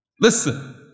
Listen